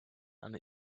and